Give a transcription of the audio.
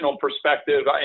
perspective